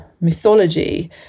mythology